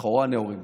לכאורה נאורים,